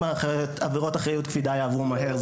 אם עבירות אחריות קפידה יעברו מהר,